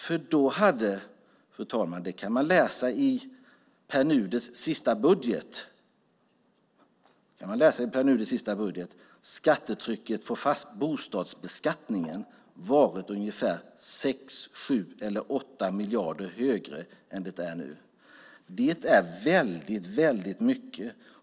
För då hade, fru talman - det kan man läsa i Pär Nuders sista budget - skattetrycket i bostadsbeskattningen varit ungefär 6, 7 eller 8 miljarder högre än det är nu. Det är väldigt mycket.